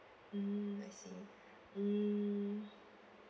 mm I see mm